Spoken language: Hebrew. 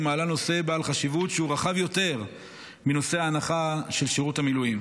היא מעלה נושא בעל חשיבות שהוא רחב יותר מנושא ההנחה על שירות המילואים.